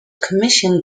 commissioned